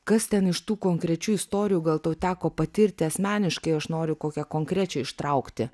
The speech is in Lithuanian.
kas ten iš tų konkrečių istorijų gal tau teko patirti asmeniškai aš noriu kokią konkrečiai ištraukti